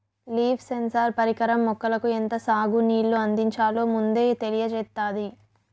leaf sensor పరికరం మొక్కలకు ఎంత సాగు నీళ్ళు అందించాలో ముందే తెలియచేత్తాది